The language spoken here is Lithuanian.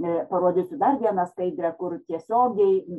parodysiu dar vieną skaidrę kur tiesiogiai